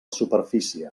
superfície